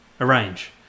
Arrange